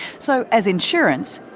so, as insurance,